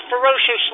ferociously